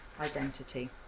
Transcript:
identity